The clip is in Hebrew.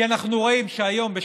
לא רוצים יותר כי אנחנו רואים שהיום,